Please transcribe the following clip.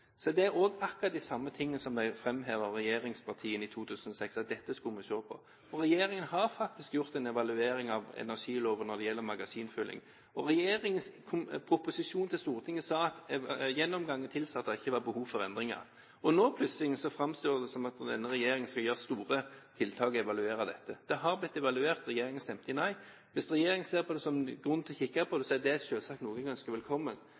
er det akkurat de samme tingene som ble framhevet av regjeringspartiene i 2006, at dette skulle vi se på. Regjeringen har faktisk gjort en evaluering av energiloven når det gjelder magasinfylling, og regjeringen sa i proposisjonen til Stortinget at gjennomgangen tilsa at det ikke var behov for endringer. Men nå plutselig framstår det som om denne regjeringen skal gjøre store tiltak og evaluere dette. Det har blitt evaluert. Regjeringen sa nei. Hvis regjeringen mener at det er grunn til å kikke på det, er det selvsagt noe vi ønsker velkommen.